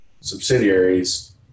subsidiaries